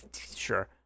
Sure